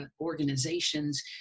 organizations